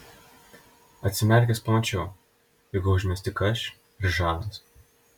atsimerkęs pamačiau jog gūžėmės tik aš ir žanas